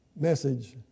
message